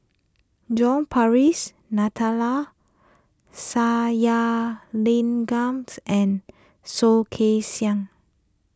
John Purvis Sathyalingam and Soh Kay Siang